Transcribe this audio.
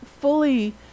fully